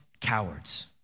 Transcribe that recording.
cowards